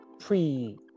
pre